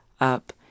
up